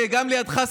היא גם לידך,